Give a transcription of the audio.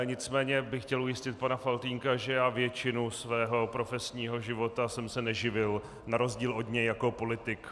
Nicméně bych chtěl ujistit pana Faltýnka, že většinu svého profesního života jsem se neživil na rozdíl od něj jako politik.